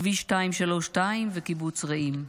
כביש 232 וקיבוץ רעים.